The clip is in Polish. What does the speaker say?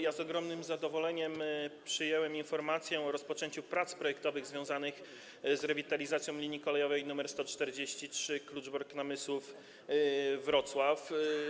Ja z ogromnym zadowoleniem przyjąłem informację o rozpoczęciu prac projektowych związanych z rewitalizacją linii kolejowej nr 143 Kluczbork - Namysłów - Wrocław.